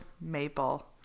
maple